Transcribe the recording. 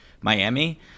Miami